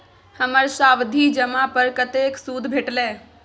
हमर सावधि जमा पर कतेक सूद भेटलै?